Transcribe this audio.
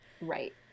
Right